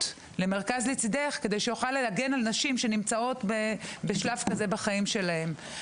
למרכז "לצידך" כדי שיוכל להגן על נשים שנמצאות בשלב כזה בחיים שלהן.